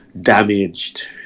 damaged